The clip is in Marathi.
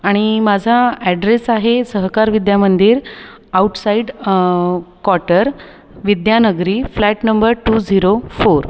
आणि माझा ॲड्रेस आहे सहकार विद्यामंदिर आउटसाइड क्वाटर विद्यानगरी flat number two zero four